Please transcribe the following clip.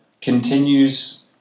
continues